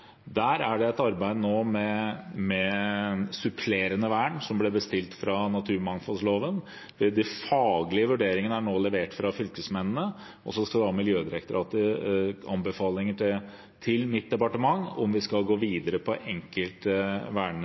Der er det et arbeid nå med supplerende vern, som ble bestilt ut fra naturmangfoldloven. De faglige vurderingene er nå levert fra fylkesmennene, og så skal Miljødirektoratet gi anbefalinger til mitt departement om vi skal gå videre på enkelte